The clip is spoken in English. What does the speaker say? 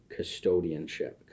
custodianship